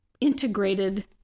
integrated